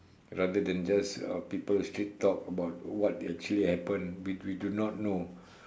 rather than just uh people still talk about what actually happen which we do not know